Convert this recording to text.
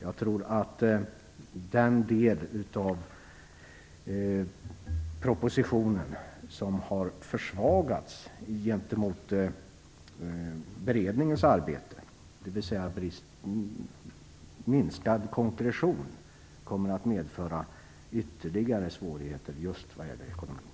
Jag tror att den del av propositionen som har försvagats gentemot beredningens arbete, dvs. den minskade konkretionen, kommer att medföra ytterligare svårigheter just vad gäller ekonomin.